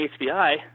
HBI